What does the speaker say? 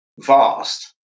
vast